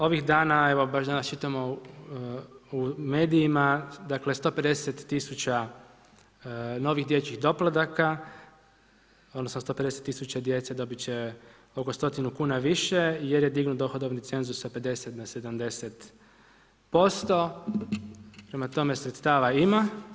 Ovih dana evo baš danas čitamo u medijima dakle 150.000 novih dječjih doplataka odnosno 150.000 djece dobit će oko stotinu kuna više jer je dignut dohodovni cenzus sa 50 na 70%, prema tome sredstava ima.